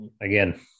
again